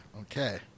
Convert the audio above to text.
okay